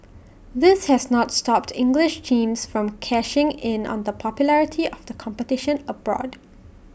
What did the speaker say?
this has not stopped English teams from cashing in on the popularity of the competition abroad